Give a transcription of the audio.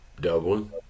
Dublin